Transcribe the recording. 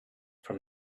from